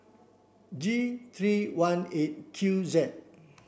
G three one eight Q Z